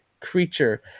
creature